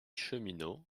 cheminot